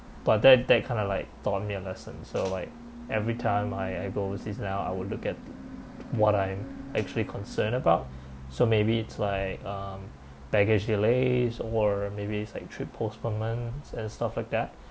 but that that kind of like taught me lesson so like every time I I go overseas now I will look at what I'm actually concerned about so maybe it's like um baggage delays or maybe it's like trip postponements and stuff like that